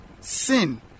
sin